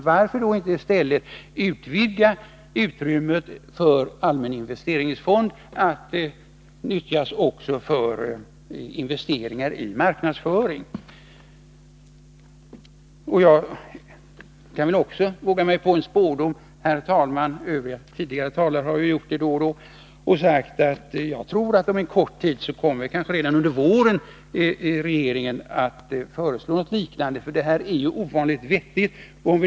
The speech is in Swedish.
Varför utvidgar man inte i stället utrymmet för en allmän investeringsfond att nyttjas för investeringar i marknadsföring? Herr talman! Jag vågar mig nog på en spådom — talare har ju tidigare då och då vågat sig på det — nämligen den att regeringen inom kort, kanske redan under våren, kommer att föreslå något liknande. Detta är ju ovanligt vettigt.